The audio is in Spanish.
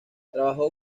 trabajó